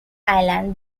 island